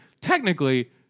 technically